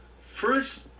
First